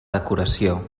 decoració